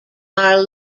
our